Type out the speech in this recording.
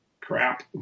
crap